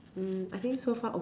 mm I think so far